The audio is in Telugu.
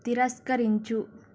తిరస్కరించు